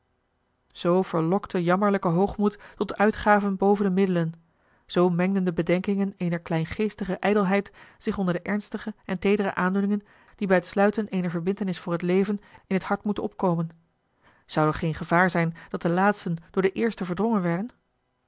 zoo verlokte jammerlijke hoogmoed tot uitgaven boven de middelen zoo mengden de bedenkingen eener kleingeestige ijdelheid zich onder de ernstige en teedere aandoeningen die bij het sluiten eener verbintenis voor het leven in het hart moeten opkomen zou er geen gevaar zijn dat de laatsten door de eersten verdrongen werden